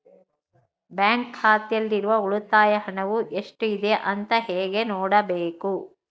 Bank ಖಾತೆಯಲ್ಲಿರುವ ಉಳಿತಾಯ ಹಣವು ಎಷ್ಟುಇದೆ ಅಂತ ಹೇಗೆ ನೋಡಬೇಕು?